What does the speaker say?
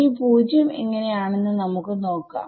ഇനി 0 എങ്ങനെ ആണെന്ന് നമുക്ക് നോക്കാം